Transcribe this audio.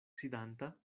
sidanta